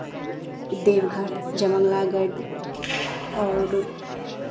देवघर जयमंगला गढ़ और